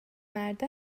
مرده